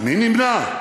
מי נמנע?